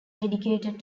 dedicated